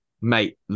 mate